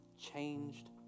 changed